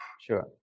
Sure